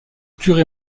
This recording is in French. curé